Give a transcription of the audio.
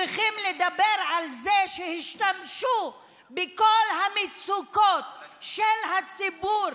צריכים לדבר על זה שהשתמשו בכל המצוקות של הציבור